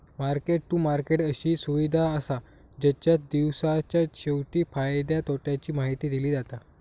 market to market अशी सुविधा असा जेच्यात दिवसाच्या शेवटी फायद्या तोट्याची माहिती दिली जाता